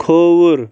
کھووُر